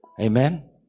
Amen